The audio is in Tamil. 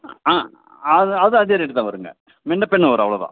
ஆ அதுவும் அதுவும் அதே ரேட்டு தான் வருங்க முன்னபின்ன வரும் அவ்வளோ தான்